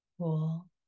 cool